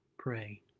Pray